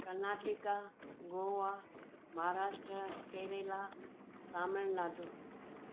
Karnataka Goa Maharashtra Kerala Tamil Nadu